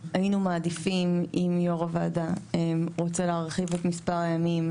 היינו מעדיפים אם יו"ר הוועדה רוצה להרחיב את מספר הימים,